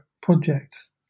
projects